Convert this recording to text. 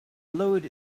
lowered